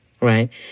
right